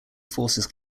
forces